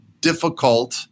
difficult